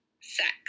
sex